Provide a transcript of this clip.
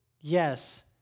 Yes